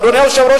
אדוני היושב-ראש,